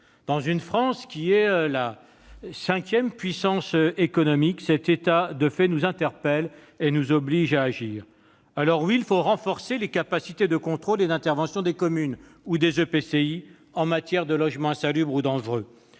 Dans une France qui est la cinquième puissance économique mondiale, cet état de fait nous interpelle et nous oblige à agir. Alors oui, il faut renforcer les capacités de contrôle et d'intervention des communes et des EPCI en matière de logements insalubres ou dangereux